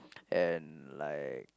and like